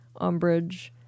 Umbridge